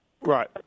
Right